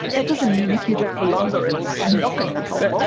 that doesn't mean if you do it for longer it's not going to be helpful.